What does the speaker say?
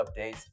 updates